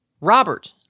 Robert